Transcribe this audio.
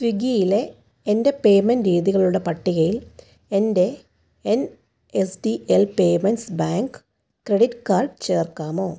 സ്വിഗ്ഗിയിലെ എൻ്റെ പേയ്മെൻ്റ് രീതികളുടെ പട്ടികയിൽ എൻ്റെ N S D L payments bank credit card ചേർക്കാമോ